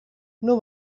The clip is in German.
nur